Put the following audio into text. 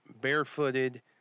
barefooted